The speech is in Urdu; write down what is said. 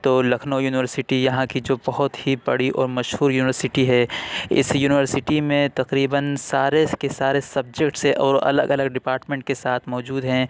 تو لکھنؤ یونیورسٹی یہاں کی جو یہاں کی بہت ہی بڑی اور مشہور یونیورسٹی ہے اِس یونیورسٹی میں تقریباََ سارے کے سارے سبجیکٹ ہیں اور الگ الگ ڈیپارٹمنٹ کے ساتھ موجود ہیں